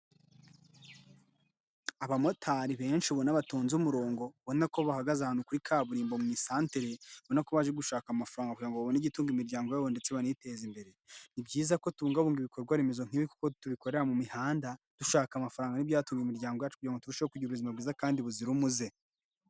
Abamotari benshi ubona batonze umurongo, ubona ko bahagaze ahantu kuri kaburimbo mu isantere ubona ko baje gushaka amafaranga kugira ngo babone igitunga imiryango yabo ndetse banayiteze imbere. Ni byiza ko tubungabunga ibikorwa remezo nKi'bi kuko tubikorera mu mihanda, dushaka amafaranga y'ibyatunga imiryango yacu kugirango ngo turushe kugira ubuzima bwiza kandi buzira umuze.